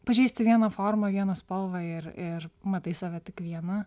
pažįsti vieną formą vieną spalvą ir ir matai save tik vieną